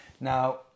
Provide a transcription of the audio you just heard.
Now